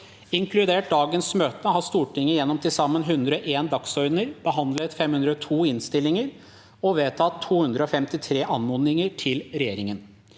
Inkludert dagens møte har Stortinget gjennom til sammen 101 dagsordener behandlet 502 innstillinger og vedtatt 253 anmodninger til regjeringen.